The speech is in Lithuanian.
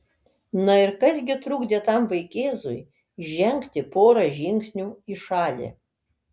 na ir kas gi trukdė tam vaikėzui žengti porą žingsnių į šalį